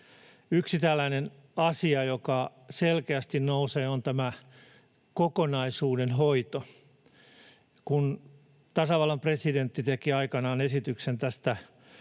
Yksi tällainen asia, joka selkeästi nousee, on kokonaisuuden hoito. Kun tasavallan presidentti teki aikanaan esityksen